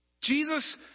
Jesus